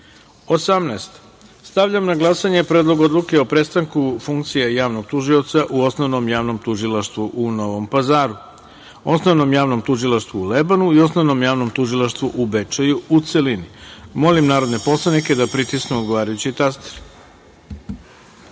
tačka. Stavljam na glasanje Predlog odluke o prestanku funkcije javnog tužioca u Osnovnom javnom tužilaštvu u Novom Pazaru, Osnovnom javnom tužilaštvu u Lebanu i Osnovnom javnom tužilaštvu u Bečeju, u celini. Molim narodne poslanike da pritisnu odgovarajući